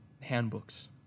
handbooks